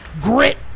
Grit